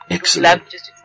Excellent